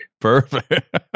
perfect